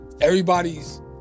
everybody's